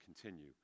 continue